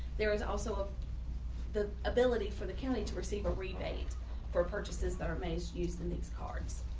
there is also the ability for the county to receive a rebate for purchases that are made using these cards,